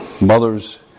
mothers